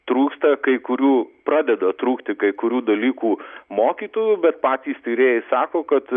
trūksta kai kurių pradeda trūkti kai kurių dalykų mokytojų bet patys tyrėjai sako kad